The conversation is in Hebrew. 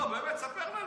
לא, לא, באמת, ספר לנו.